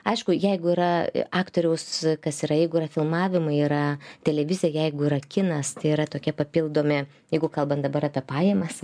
aišku jeigu yra aktoriaus kas yra eigulio filmavimai yra televizija jeigu yra kinas tai yra tokie papildomi jeigu kalbant dabar apie pajamas